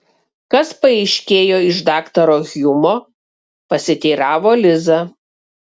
kas paaiškėjo iš daktaro hjumo pasiteiravo liza